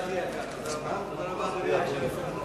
העברת פרטים למפרסם מדריך התקשרות),